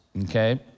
okay